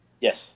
Yes